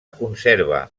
conserva